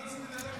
נצמיד אליכם.